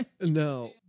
No